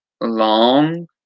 long